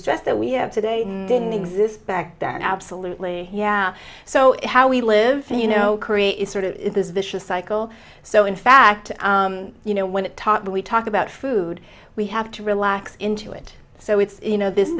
stress that we have today didn't exist back then absolutely yeah so how we live you know korea is sort of this vicious cycle so in fact you know when it taught when we talk about food we have to relax into it so it's you know this